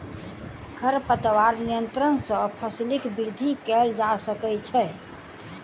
खरपतवार नियंत्रण सॅ फसीलक वृद्धि कएल जा सकै छै